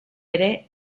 ere